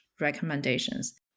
recommendations